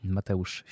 Mateusz